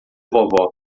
vovó